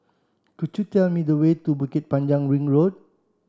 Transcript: could you tell me the way to Bukit Panjang Ring Road